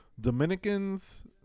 Dominicans